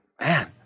man